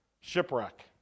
Shipwreck